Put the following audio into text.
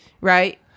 Right